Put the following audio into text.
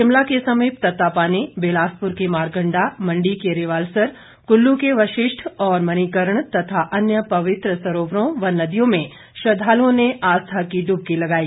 शिमला के समीप तत्तापानी बिलासपुर के मारकंडा मंडी के रिवाल्सर कुल्लू के वशिष्ठ और मणिकर्ण तथा अन्य पवित्र सरोवरों व नदियों में श्रद्वालुओं ने आस्था की डुबकी लगाई